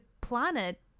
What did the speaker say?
planet